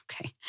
okay